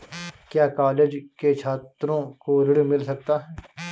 क्या कॉलेज के छात्रो को ऋण मिल सकता है?